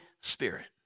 Spirit